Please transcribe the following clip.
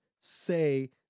say